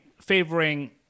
favoring